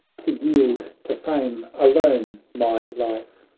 to yield to fame alone my life,